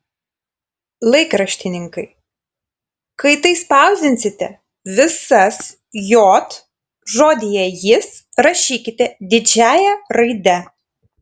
laikraštininkai kai tai spausdinsite visas j žodyje jis rašykit didžiąja raide